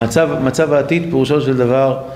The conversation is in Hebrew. מצב... מצב העתיד פירושו של דבר